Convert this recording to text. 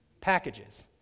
packages